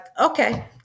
okay